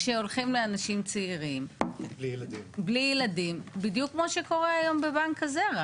כותב צוואה ביולוגית על כך שאם חס וחלילה הוא מת בתאונת דרכים